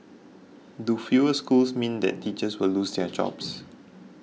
do fewer schools mean that teachers will lose their jobs